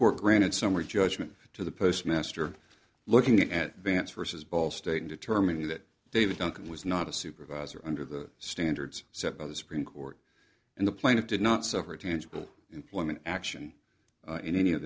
court granted summary judgment to the postmaster looking at vance versus ball state in determining that david duncan was not a supervisor under the standards set by the supreme court and the plaintiff did not suffer tangible employment action in any